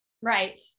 Right